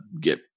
get